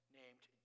named